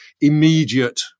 immediate